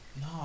No